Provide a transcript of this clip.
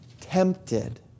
tempted